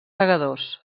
segadors